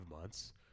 months